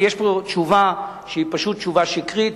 יש פה תשובה שהיא פשוט תשובה שקרית,